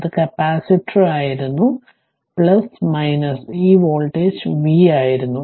അത് കപ്പാസിറ്ററായിരുന്നു ഈ വോൾട്ടേജ് v ആയിരുന്നു